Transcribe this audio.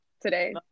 today